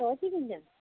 তই কি পিন্ধি যাবি